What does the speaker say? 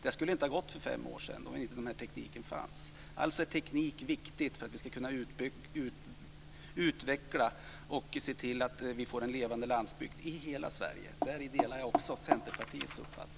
Det skulle inte ha gått för fem år sedan, då denna teknik inte fanns. Alltså är tekniken viktig för att vi ska kunna utveckla och se till att vi får en levande landsbygd i hela Sverige. Däri delar jag Centerpartiets uppfattning.